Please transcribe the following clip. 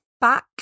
Back